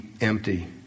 empty